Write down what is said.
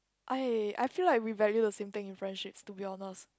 I I feel like we value the same thing in friendships to be honest